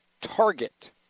Target